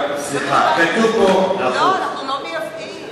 סליחה, כתוב פה, לא, אנחנו לא מייבאים.